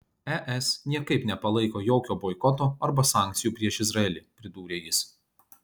es niekaip nepalaiko jokio boikoto arba sankcijų prieš izraelį pridūrė jis